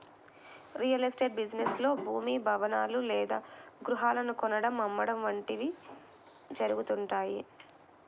real estate business లో భూమి, భవనాలు లేదా గృహాలను కొనడం, అమ్మడం వంటివి జరుగుతుంటాయి